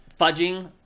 fudging